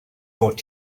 fod